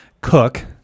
cook